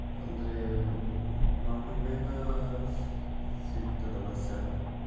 ಅಂದರೆ ಮಾರ್ನಿಂಗ್ ಬೇಗ ಸಿಕ್ತದಾ ಬಸ್ಸೆಲ್ಲ